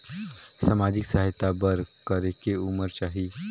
समाजिक सहायता बर करेके उमर चाही?